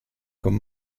comme